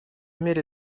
мере